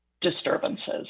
disturbances